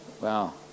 Wow